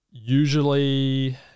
usually